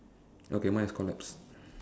okay mine is collapsed